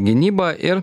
gynyba ir